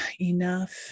enough